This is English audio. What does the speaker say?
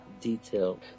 detail